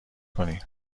کنی